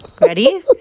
ready